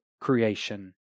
creation